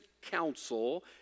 counsel